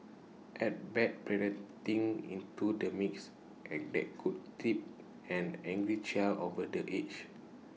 add bad parenting into the mix and that could tip an angry child over the edge